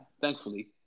thankfully